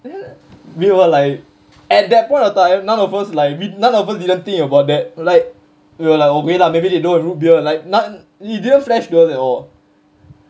then we were like at that point of time none of us like we none of them didn't think about that like we were like okay lah maybe you know a root beer like it didn't flash to us at all